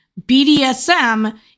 BDSM